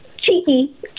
cheeky